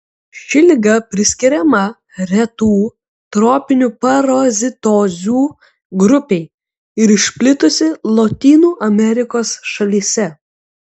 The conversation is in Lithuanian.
ši liga priskiriama retų tropinių parazitozių grupei ir išplitusi lotynų amerikos šalyse